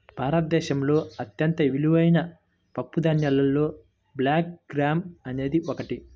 భారతదేశంలో అత్యంత విలువైన పప్పుధాన్యాలలో బ్లాక్ గ్రామ్ అనేది ఒకటి